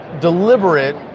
deliberate